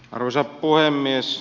arvoisa puhemies